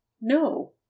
No